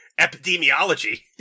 epidemiology